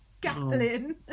Gatlin